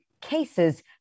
cases